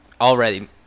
Already